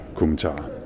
kommentarer